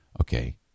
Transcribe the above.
Okay